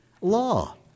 law